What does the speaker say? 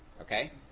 okay